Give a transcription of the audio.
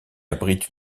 abrite